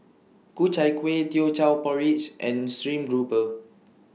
Ku Chai Kueh Teochew Porridge and Stream Grouper